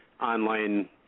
online